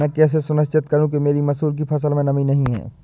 मैं कैसे सुनिश्चित करूँ कि मेरी मसूर की फसल में नमी नहीं है?